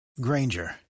Granger